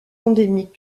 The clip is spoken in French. endémique